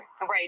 Right